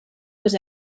was